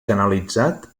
canalitzat